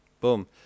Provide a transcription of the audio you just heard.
Boom